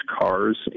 cars